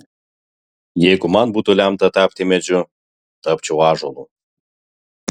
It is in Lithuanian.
jeigu man būtų lemta tapti medžiu tapčiau ąžuolu